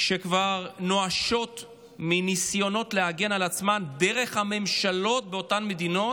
שכבר נואשות מניסיונות להגן על עצמן דרך הממשלות באותן מדינות,